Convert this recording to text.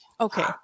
okay